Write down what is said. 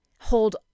hold